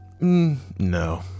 no